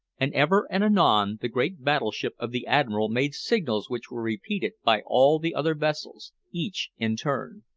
and ever and anon the great battleship of the admiral made signals which were repeated by all the other vessels, each in turn.